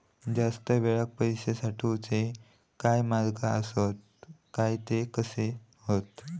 जास्त वेळाक पैशे साठवूचे काय मार्ग आसत काय ते कसे हत?